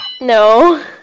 No